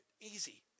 Easy